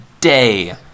day